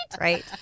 Right